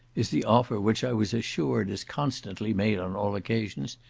is the offer which i was assured is constantly made on all occasions,